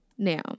Now